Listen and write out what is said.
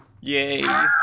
Yay